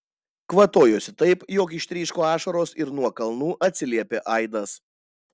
kvatojosi taip jog ištryško ašaros ir nuo kalnų atsiliepė aidas